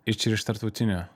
ir čia yra iš tarptautinio